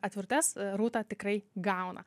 atvirutes rūta tikrai gauna